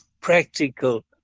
practical